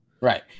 right